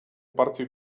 partie